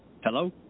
Hello